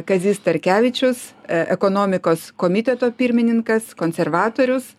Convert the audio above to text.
kazys starkevičius ekonomikos komiteto pirmininkas konservatorius